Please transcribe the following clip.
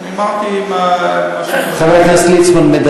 אמרתי מה שלפיד אמר.